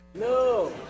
No